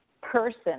person